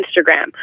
Instagram